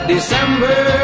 December